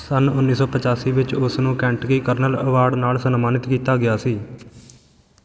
ਸੰਨ ਉੱਨੀ ਸੌ ਪੰਚਾਸੀ ਵਿੱਚ ਉਸ ਨੂੰ ਕੈਂਟਕੀ ਕਰਨਲ ਅਵਾਰਡ ਨਾਲ ਸਨਮਾਨਿਤ ਕੀਤਾ ਗਿਆ ਸੀ